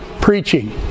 preaching